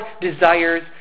desires